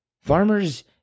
Farmers